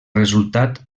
resultat